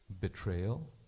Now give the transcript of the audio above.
Betrayal